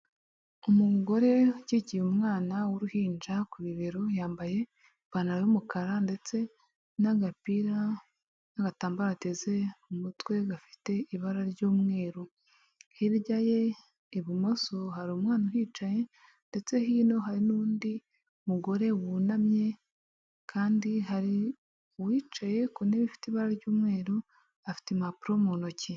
Umugore ukikiye umwana w'uruhinja ku bibero yambaye ipantaro y'umukara ndetse n'agapira n'agatambaro ateze umutwe gafite ibara ry'umweru hirya ye ibumoso hari umwana uhicaye ndetse hino hari n'undi mugore wunamye kandi hari uwicaye ku ntebe ifite ibara ry'umweru afite impapuro mu ntoki.